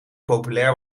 populair